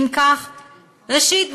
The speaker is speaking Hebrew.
ראשית,